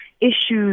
issues